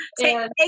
take